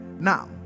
now